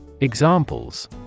Examples